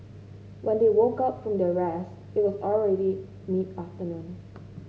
when they woke up from their rest it was already mid afternoon